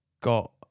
got